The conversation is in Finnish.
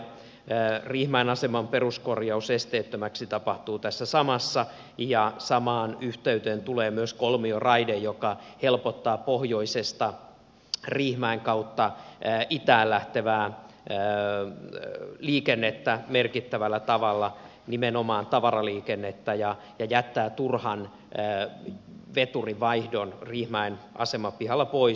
riihimäen aseman peruskorjaus esteettömäksi tapahtuu tässä samassa ja samaan yhteyteen tulee myös kolmioraide joka helpottaa pohjoisesta riihimäen kautta itään lähtevää liikennettä merkittävällä tavalla nimenomaan tavaraliikennettä ja jättää turhan veturivaihdon riihimäen asemapihalla pois